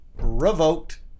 revoked